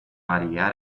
maria